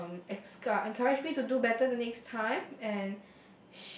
um excou~ encourage me to do better the next time and